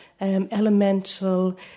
elemental